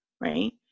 right